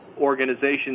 organizations